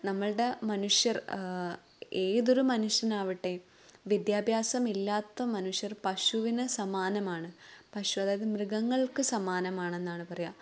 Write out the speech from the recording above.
നമ്മുടെ മനുഷ്യർ ഏതൊരു മനുഷ്യനാവട്ടെ വിദ്യാഭ്യാസമില്ലാത്ത മനുഷ്യർ പശുവിനു സമാനമാണ് പശു അതായത് മൃഗങ്ങൾക്ക് സമാനമാണെന്നാണ് പറയുക